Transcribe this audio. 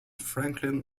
franklin